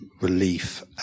relief